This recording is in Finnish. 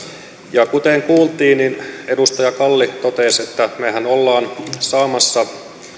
ja kuten kuultiin niin edustaja kalli totesi että mehän olemme saamassa